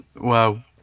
Wow